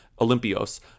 Olympios